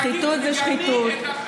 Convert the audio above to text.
שחיתות זה שחיתות.